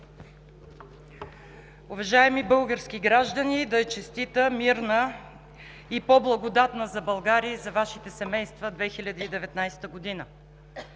Уважаеми български граждани, да е честита, мирна и по-благодатна за България и за Вашите семейства 2019 г.!